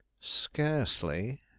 Scarcely